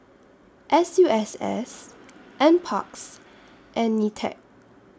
S U S S NParks and NITEC